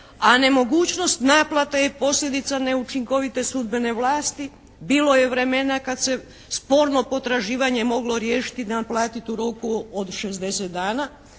a nemogućnost naplate je posljedica neučinkovite sudbene vlasti. Bilo je vremena kad se sporno potraživanje moglo riješiti i naplatiti u roku od 60 dana.